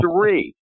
three